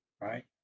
right